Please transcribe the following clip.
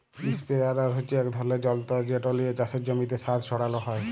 ইসপেরেয়ার হচ্যে এক ধরলের যন্তর যেট লিয়ে চাসের জমিতে সার ছড়ালো হয়